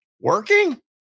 working